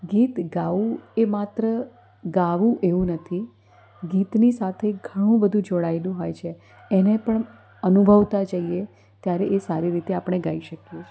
ગીત ગાવું એ માત્ર ગાવું એવું નથી ગીતની સાથે ઘણું બધું જોડાએલું હોય છે એને પણ અનુભવતા જઈએ ત્યારે એ સારી રીતે આપણે ગાઈ શકીએ